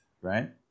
right